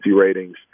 ratings